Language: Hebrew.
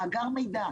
מאגר מידע.